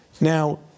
Now